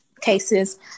cases